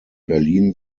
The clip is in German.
berlin